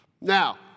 Now